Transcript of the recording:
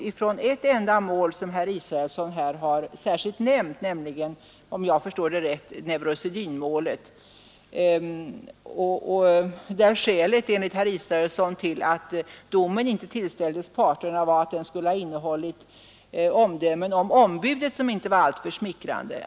Herr Israelsson har här särskilt nämnt ett mål, nämligen om jag förstår det rätt nevrosedynmålet. Skälet till att domen i det fallet inte tillställdes parterna var enligt herr Israelsson att den skulle ha innehållit omdömen om ombudet som inte var alltför smickrande.